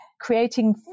creating